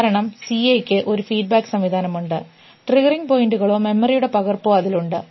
കാരണം സിഎയ്ക്ക് ഒരു ഫീഡ്ബാക്ക് സംവിധാനമുണ്ട് ട്രിഗറിംഗ് പോയിന്റുകളോ മെമ്മറിയുടെ പകർപ്പോ അതിലുണ്ട്